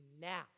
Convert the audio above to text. now